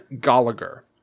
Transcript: Gallagher